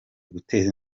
guteza